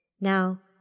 Now